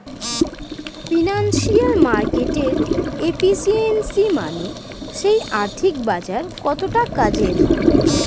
financial মার্কেটের efficiency মানে সেই আর্থিক বাজার কতটা কাজের